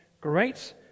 great